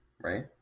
right